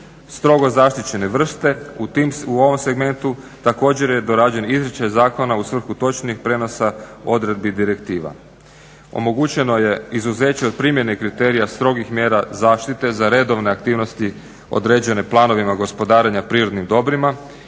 strogo zaštićene vrste. U ovom segmentu također je dorađen izričaj zakona u svrhu točnih prijenosa odredbi direktiva. Omogućeno je izuzeće od primjene kriterija strogih mjera zaštite za redove aktivnosti određene planovima gospodarenja prirodnim dobrima